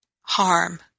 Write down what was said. harm